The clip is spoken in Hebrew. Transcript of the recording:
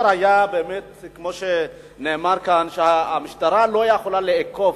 כמו שנאמר כאן, המשטרה לא יכולה לאכוף.